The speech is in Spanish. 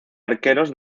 arqueros